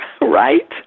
right